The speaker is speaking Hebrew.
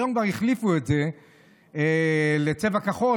היום כבר החליפו את זה לצבע כחול,